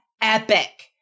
epic